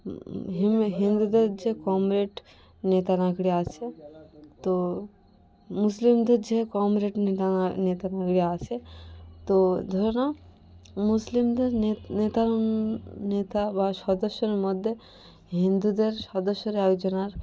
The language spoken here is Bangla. হিমে হিন্দুদের যে কমরেড নেতা নাাগরি আছে তো মুসলিমদের যে কমরেড নেতা নেতা নাগরি আছে তো ধরুন মুসলিমদের নে নেতার নেতা বা সদস্যের মধ্যে হিন্দুদের সদস্যের একজন আর